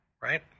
right